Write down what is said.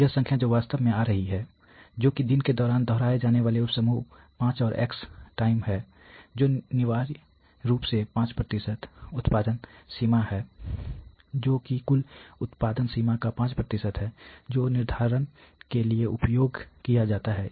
तो यह संख्या जो वास्तव में आ रही है जो कि दिन के दौरान दोहराए जाने वाले उप समूह 5 और x टाइम्स है जो अनिवार्य रूप से 5 उत्पादन सीमा है जो कि कुल उत्पादन सीमा का 5 है जो निर्धारण के लिए उपयोग किया जाता है